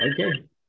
Okay